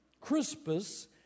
Crispus